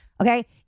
Okay